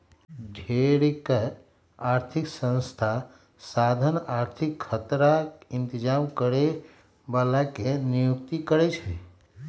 ढेरेक आर्थिक संस्था साधन आर्थिक खतरा इतजाम करे बला के नियुक्ति करै छै